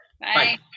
Bye